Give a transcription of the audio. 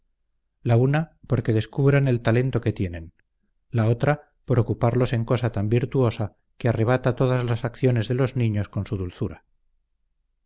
la una porque descubran el talento que tienen la otra por ocuparlos en cosa tan virtuosa que arrebata todas las acciones de los niños con su dulzura